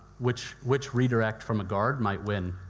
which which redirect from a guard might win.